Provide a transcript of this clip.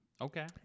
okay